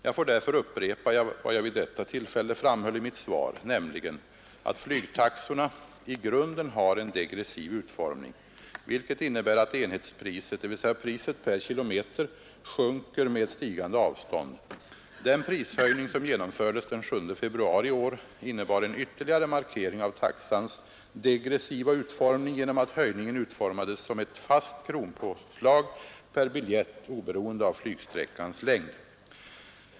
Jag får därför upprepa vad jag vid detta tillfälle framhöll i mitt svar, nämligen att flygtaxorna i grunden har en degressiv utformning, vilket innebär att enhetspriset, dvs. priset per kilometer, sjunker med stigande avstånd. Den prishöjning som genomfördes den 7 februari i år innebar en ytterligare markering av taxans degressiva utformning genom att höjningen utformades som ett fast kronpåslag per biljett oberoende av flygsträckans längd.